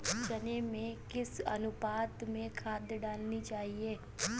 चने में किस अनुपात में खाद डालनी चाहिए?